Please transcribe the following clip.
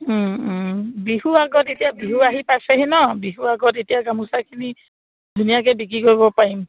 বিহু আগত এতিয়া বিহু আহি পাইছেহি ন বিহুৰ আগত এতিয়া গামোচাখিনি ধুনীয়াকে বিক্ৰী কৰিব পাৰিম